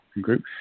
group